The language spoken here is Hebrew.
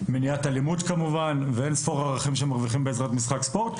מניעת אלימות ואין ספור ערכים שמרוויחים בעזרת משחק ספורט,